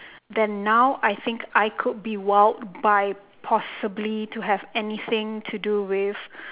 then now I think I could be wowed by possibly to have anything to do with